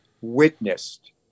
witnessed